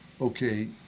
okay